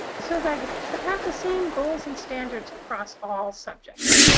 so they should have the same goals and standards across all subjects.